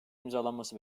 imzalanması